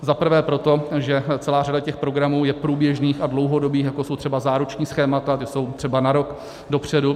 Zaprvé proto, že celá řada těch programů je průběžných a dlouhodobých, jako jsou třeba záruční schémata, ta jsou třeba na rok dopředu.